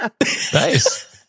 Nice